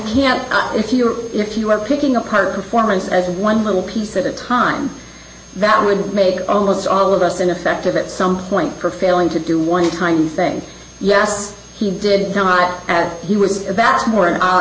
again if you are if you are picking apart performance as one little piece at a time that would make almost all of us ineffective at some point for failing to do one time thing yes he did not and he was about more an a